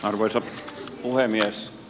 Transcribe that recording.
arvoisa puhemies